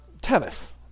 tennis